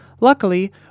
Luckily